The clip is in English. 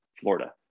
Florida